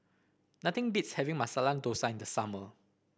nothing beats having Masala Dosa in the summer